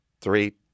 three